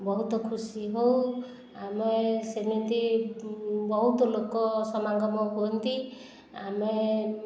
ବହୁତ ଖୁସି ହେଉ ଆମେ ସେମିତି ବହୁତ ଲୋକ ସମାଗମ ହୁଅନ୍ତି ଆମେ